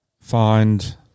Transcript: find